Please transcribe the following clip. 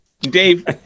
dave